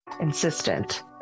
insistent